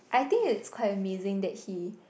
I think it's quite amazing that he